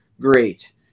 great